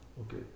Okay